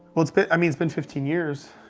well, it's been, i mean, it's been fifteen years.